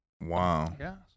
Wow